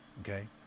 Okay